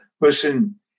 listen